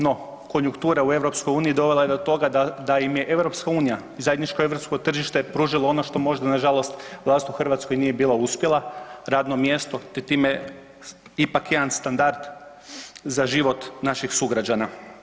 No, konjuktura u EU dovela je do toga da im je EU i zajedničko europsko tržište pružilo ono što možda nažalost vlast u Hrvatskoj nije bila uspjela, radno mjesto te time ipak jedan standard za život naših sugrađana.